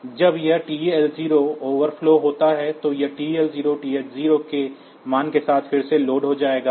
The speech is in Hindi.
तो जब यह TL0 ओवरफ्लो होता है तो यह TL0 TH0 के मान के साथ फिर से लोड हो जाएगा